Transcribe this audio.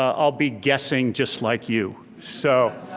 ah i'll be guessing just like you, so.